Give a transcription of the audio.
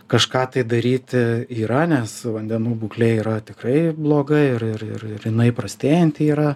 kažką tai daryti yra nes vandenų būklė yra tikrai bloga ir ir ir ir jinai prastėjanti yra